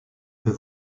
peu